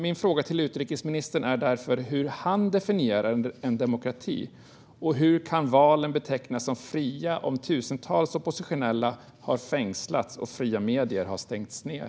Min fråga till utrikesministern gäller därför hur han definierar demokrati och hur valen kan betecknas som fria om tusentals oppositionella har fängslats och fria medier har stängts ned.